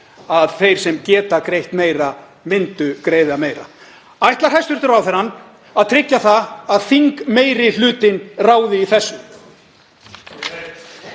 að þeir sem gætu greitt meira myndu greiða meira. Ætlar hæstv. ráðherrann að tryggja að þingmeirihlutinn ráði þessu?